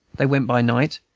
they went by night,